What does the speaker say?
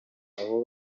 aho